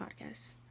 podcast